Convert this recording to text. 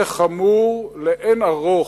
זה חמור לאין-ערוך,